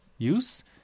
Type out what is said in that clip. use